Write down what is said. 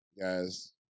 guys